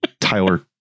Tyler